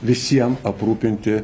visiem aprūpinti